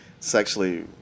Sexually